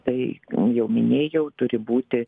tai jau minėjau turi būti